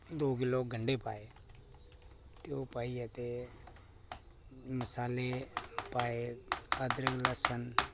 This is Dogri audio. ते दो किलो गंढे पाए ते एह् पाइयै मसाले पाए अदरक लस्सन